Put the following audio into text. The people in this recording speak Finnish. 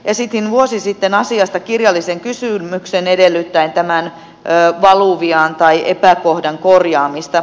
esitin vuosi sitten asiasta kirjallisen kysymyksen edellyttäen tämän valuvian epäkohdan korjaamista